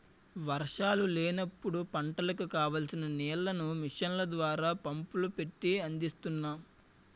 వర్షాలు లేనప్పుడు పంటలకు కావాల్సిన నీళ్ళను మిషన్ల ద్వారా, పైపులు పెట్టీ అందజేస్తున్నాం